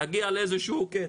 להגיע לאיזשהו קץ.